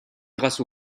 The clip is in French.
grâce